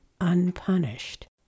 unpunished